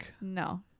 No